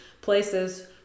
places